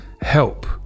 help